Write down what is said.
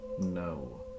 No